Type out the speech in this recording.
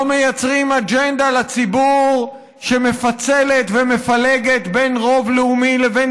לא מייצרים אג'נדה לציבור שמפצלת ומפלגת בין רוב לאומי לבין